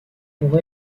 pour